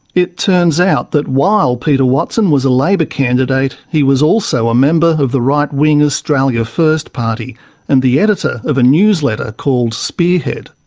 it turns out that while peter watson was a labor candidate, he was also a member of the right-wing australia first party and the editor of a newsletter called spearhead.